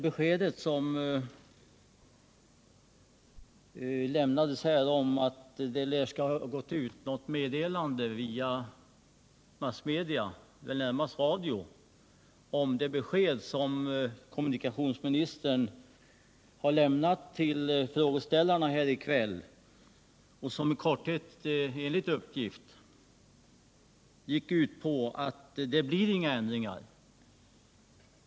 Vi har ju fått veta att det besked kommunikationsministern lämnat till frågeställarna här i kväll lär ha gått ut via massmedia, närmast radion, i form av ett meddelande om att det inte blir några ändringar.